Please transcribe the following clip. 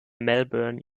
melbourne